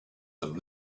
them